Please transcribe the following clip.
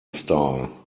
style